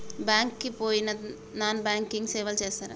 Bank కి పోయిన non banking సేవలు చేస్తరా?